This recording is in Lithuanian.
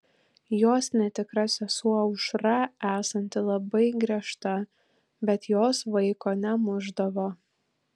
jos netikra sesuo aušra esanti labai griežta bet jos vaiko nemušdavo